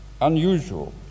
unusual